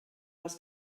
les